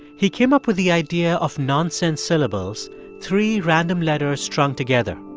he came up with the idea of nonsense syllables three random letters strung together.